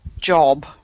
job